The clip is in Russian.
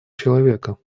человека